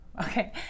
Okay